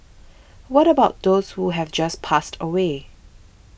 what about those who have passed away